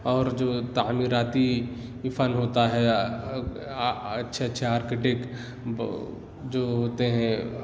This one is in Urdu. اور جو تعمیراتی فن ہوتا ہے اچھے اچھے آرکیٹیکٹ جو ہوتے ہیں